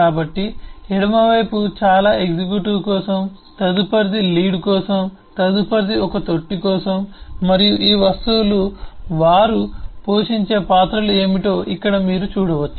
కాబట్టి ఎడమవైపు చాలా ఎగ్జిక్యూటివ్ కోసం తదుపరిది లీడ్ కోసం తదుపరిది ఒక తొట్టి కోసం మరియు ఈ వస్తువులు వారు పోషించే పాత్రలు ఏమిటో ఇక్కడ మీరు చూడవచ్చు